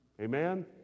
Amen